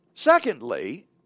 Secondly